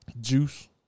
Juice